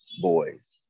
boys